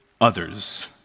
Others